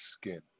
skin